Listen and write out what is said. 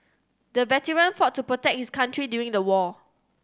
the veteran fought to protect his country during the war